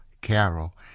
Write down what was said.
Carol